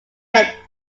said